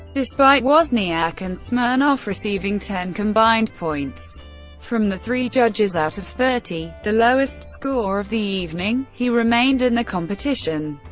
despite wozniak and smirnoff receiving ten combined points from the three judges out of thirty, the lowest score of the evening, he remained in the competition.